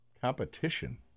Competition